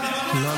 משהו,